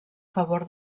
favor